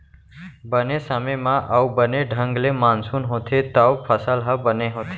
बने समे म अउ बने ढंग ले मानसून होथे तव फसल ह बने होथे